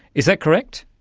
is that correct?